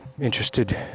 interested